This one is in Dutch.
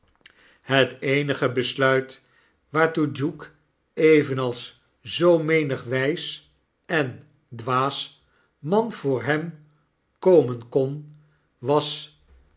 het eenige besluit waartoe duke evenals zoo menig wijs en dwaas man voor hem komen kon was